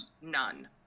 none